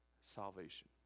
salvation